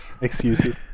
Excuses